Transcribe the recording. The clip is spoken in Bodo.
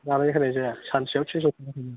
जानाय होनाय जाया सानसेयाव तिनस' ताका होयो